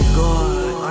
good